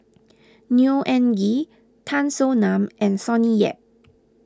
Neo Anngee Tan Soo Nan and Sonny Yap